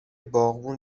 باغبون